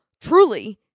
truly